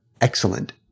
excellent